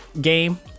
game